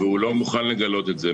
והוא לא מוכן לגלות את זה.